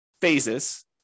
phases